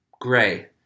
gray